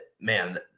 man